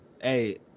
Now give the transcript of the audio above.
Hey